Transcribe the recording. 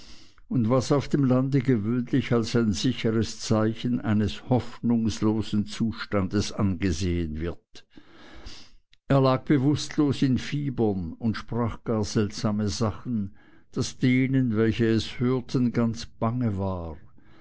und was auf dem lande gewöhnlich als ein sicheres zeichen eines hoffnungslosen zustandes angesehen wird er lag bewußtlos in fiebern und sprach gar seltsame sachen daß denen welche es hörten ganz bange war